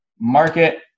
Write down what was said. market